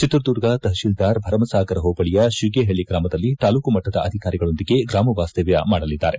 ಚಿತ್ರದುರ್ಗ ತಹಶೀಲ್ದಾರ್ ಭರಮಸಾಗರ ಹೋಬಳಿಯ ಶೀಗೇಪಳ್ಳ ಗಾಮದಲ್ಲಿ ತಾಲ್ಲೂಕು ಮಟ್ಟದ ಅಧಿಕಾರಿಗಳೊಂದಿಗೆ ಗ್ರಾಮ ವಾಸ್ತವ್ಯ ಮಾಡಲಿದ್ದಾರೆ